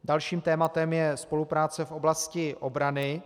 Dalším tématem je spolupráce v oblasti obrany.